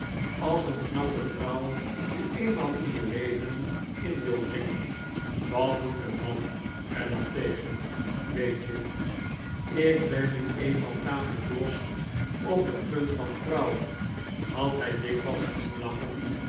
als een knappe vrouw nu eenmaal in je leven in wil dringen wat doet een man er dan tegen weet je ik ben nu eenmaal tamelijk los op het punt van vrouwen had hij dikwijls glimlachend